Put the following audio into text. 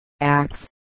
Acts